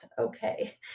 okay